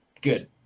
good